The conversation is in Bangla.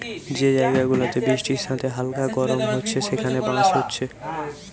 যে জায়গা গুলাতে বৃষ্টির সাথে হালকা গরম হচ্ছে সেখানে বাঁশ হচ্ছে